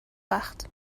وقت